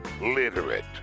literate